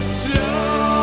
slow